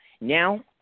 Now